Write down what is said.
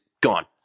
gone